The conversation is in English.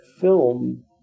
film